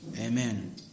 Amen